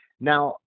Now